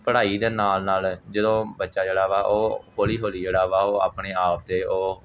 ਪੜ੍ਹਾਈ ਦੇ ਨਾਲ ਨਾਲ ਜਦੋਂ ਬੱਚਾ ਜਿਹੜਾ ਵਾ ਉਹ ਹੌਲੀ ਹੌਲੀ ਜਿਹੜਾ ਵਾ ਉਹ ਆਪਣੇ ਆਪ 'ਤੇ ਉਹ